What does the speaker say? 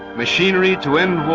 machinery to end war.